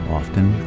often